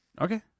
Okay